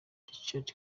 ricardo